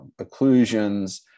occlusions